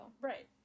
Right